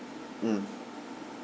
mm